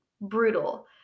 Brutal